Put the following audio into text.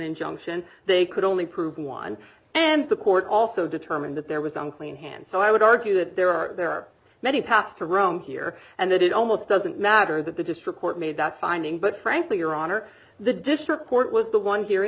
injunction they could only prove one and the court also determined that there was unclean hands so i would argue that there are there are many paths to rome here and that it almost doesn't matter that the district court made that finding but frankly your honor the district court was the one he